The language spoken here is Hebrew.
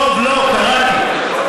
דב, לא, קראתי.